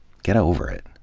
get over it.